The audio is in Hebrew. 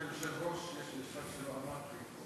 היושב-ראש, יש דבר שלא אמרתי.